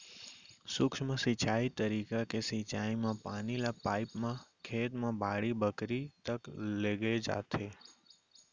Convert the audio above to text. सूक्ष्म सिंचई तरीका के सिंचई म पानी ल पाइप म खेत म बाड़ी बखरी तक लेगे जाथे